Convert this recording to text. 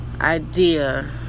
idea